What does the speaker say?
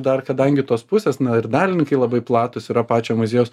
dar kadangi tos pusės ir dalininkai labai platūs yra pačio muziejaus